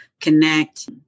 connect